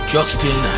Justin